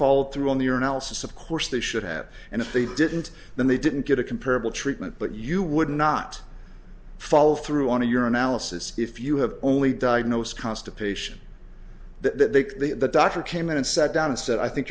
followed through on the analysis of course they should have and if they didn't then they didn't get a comparable treatment but you would not follow through on your analysis if you have only diagnosed constipation that the doctor came in and sat down and said i think